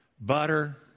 butter